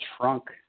trunk